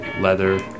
Leather